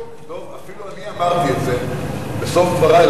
אפילו אני אמרתי את זה בסוף דברי.